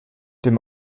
dem